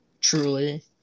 Truly